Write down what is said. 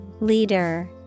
Leader